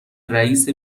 رئیس